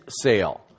sale